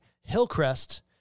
Hillcrest